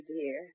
dear